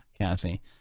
Cassie